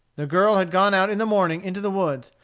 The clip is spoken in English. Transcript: the girl had gone out in the morning into the woods,